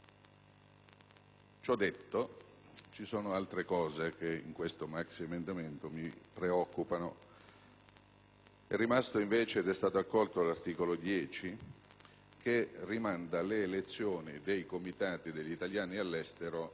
Ciò detto, ci sono altre cose che in questo maxiemendamento mi preoccupano. È rimasto infatti l'articolo 10, che rimanda le elezioni dei Comitati degli italiani all'estero,